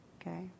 okay